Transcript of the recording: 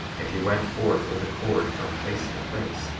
and he went forth with a cord, from place to place,